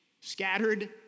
Scattered